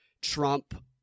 Trump